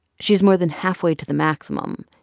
she's more than halfway to the maximum.